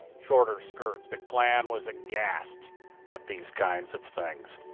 shorter skirts. the klan was aghast at these kinds of things.